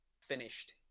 finished